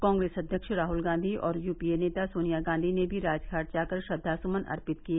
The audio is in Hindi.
कांग्रेस अध्यक्ष राहल गांवी और यूपीए के नेता सोनिया गांवी ने भी राजघाट जाकर श्रद्वास्मन अर्पित किए